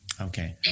Okay